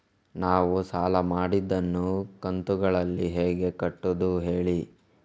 ನಾವು ಸಾಲ ಮಾಡಿದನ್ನು ಕಂತುಗಳಲ್ಲಿ ಹೇಗೆ ಕಟ್ಟುದು ಹೇಳಿ